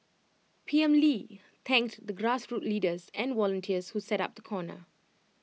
P M lee thanked the grassroots leaders and volunteers who set up the corner